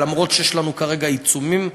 אפילו שיש לנו כרגע עיצומים,